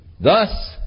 Thus